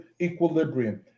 equilibrium